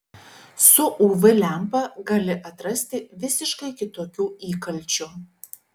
su uv lempa gali atrasti visiškai kitokių įkalčių